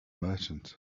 merchant